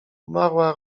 umarła